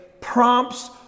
prompts